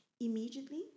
Immediately